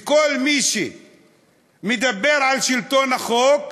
כל מי שמדבר על שלטון החוק,